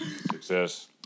success